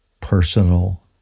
personal